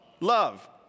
love